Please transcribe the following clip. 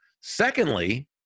Secondly